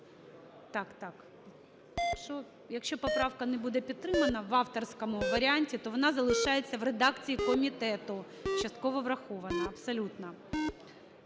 Так, так. Якщо поправка не буде підтримана в авторському варіанті, то вона залишається в редакції комітету частково врахована абсолютно.